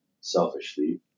selfishly